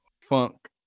funk